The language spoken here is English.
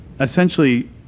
essentially